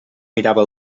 mirava